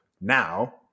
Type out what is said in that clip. now